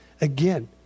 again